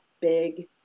big